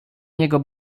niego